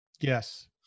Yes